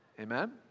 Amen